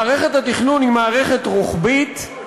מערכת התכנון היא מערכת רוחבית,